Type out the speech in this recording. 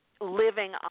living